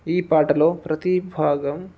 ఈ పాటలో ప్రతి భాగం